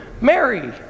Mary